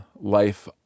life